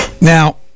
Now